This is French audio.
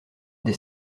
des